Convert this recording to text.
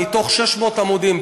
מתוך 600 עמודים,